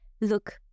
look